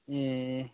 ए